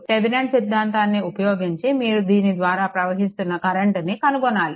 Thevenin సిద్ధాంతాన్ని ఉపయోగించి మీరు దీని ద్వారా ప్రహిస్తున్న కరెంట్ ను కనుగొనాలి